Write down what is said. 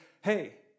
hey